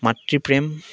মাতৃ প্ৰেম